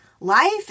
Life